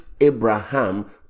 abraham